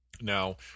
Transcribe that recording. Now